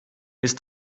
ist